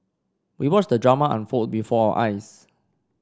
we watched the drama unfold before eyes